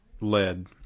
lead